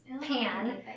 pan